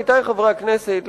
עמיתי חברי הכנסת,